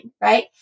Right